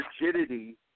rigidity